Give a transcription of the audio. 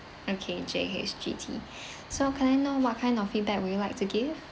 okay J H G T so can I know what kind of feedback would you like to give